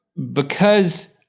because